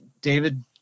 David